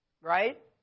Right